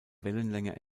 wellenlänge